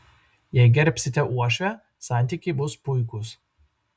jei gerbsite uošvę santykiai bus puikūs